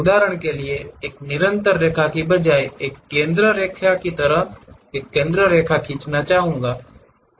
उदाहरण के लिए एक निरंतर रेखा के बजाय एक केंद्र रेखा की तरह हम एक केंद्र रेखा खींचना चाहेंगे